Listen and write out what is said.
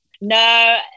No